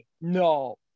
No